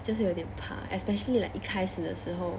就是有点怕 especially like 一开始的时候